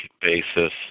basis